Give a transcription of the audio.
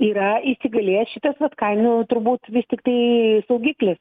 yra įsigalėjęs šitas vat kainų turbūt tiktai saugiklis